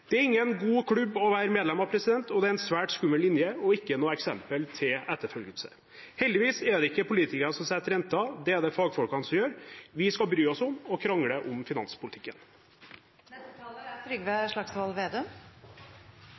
Det er ingen god klubb å være medlem av, og det er en svært skummel linje og ikke et eksempel til etterfølgelse. Heldigvis er det ikke politikere som setter renten, det er det fagfolk som gjør. Vi skal bry oss om, og krangle om,